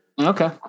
okay